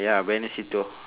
ya benny se teo